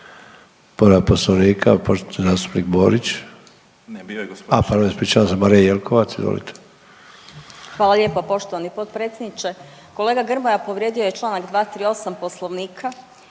Hvala lijepo poštovani potpredsjedniče. Kolega Grmoja povrijedio je članak 238. Poslovnika